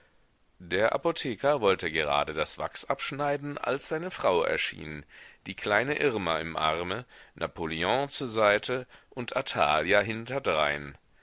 der apotheker wollte gerade das wachs abschneiden als seine frau erschien die kleine irma im arme napoleon zur seite und athalia hinterdrein